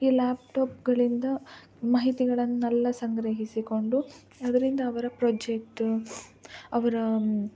ಈ ಲ್ಯಾಪ್ಟಾಪ್ಗಳಿಂದ ಮಾಹಿತಿಗಳನ್ನೆಲ್ಲ ಸಂಗ್ರಹಿಸಿಕೊಂಡು ಅದರಿಂದ ಅವರ ಪ್ರಾಜೆಕ್ಟ ಅವರ